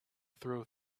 throw